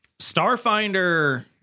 Starfinder